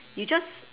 you just